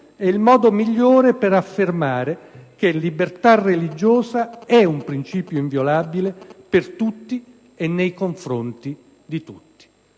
è il modo migliore per affermare che la libertà religiosa è un principio inviolabile per tutti e nei confronti di tutti.